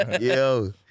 Yo